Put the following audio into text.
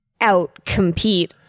outcompete